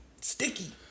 sticky